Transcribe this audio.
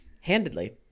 Handedly